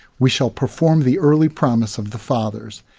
we shall perform the early promises of the fathers.